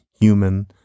human